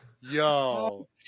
yo